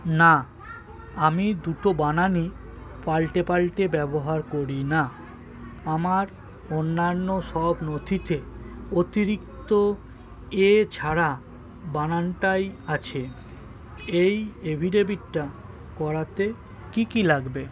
না আমি দুটো বানানই পাল্টে পাল্টে ব্যবহার করি না আমার অন্যান্য সব নথিতে অতিরিক্ত এ ছাড়া বানানটাই আছে এই অ্যাভিডেভিটটা করাতে কী কী লাগবে